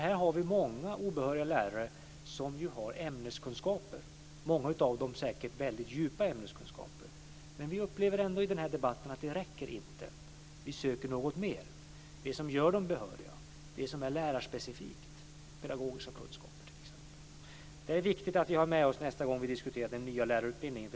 Här har vi många obehöriga lärare som har ämneskunskaper, om många av dem säkert väldigt djupa ämneskunskaper. Vi ser ändå i den här debatten att det inte räcker. Vi söker någonting mer, det som gör dem behöriga och det som är lärarspecifikt. Det gäller t.ex. pedagogiska kunskaper. Det är viktigt att vi har det med oss nästa gång vi diskuterar den nya lärarutbildningen.